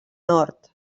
nord